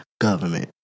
government